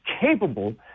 capable